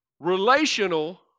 relational